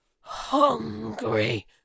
hungry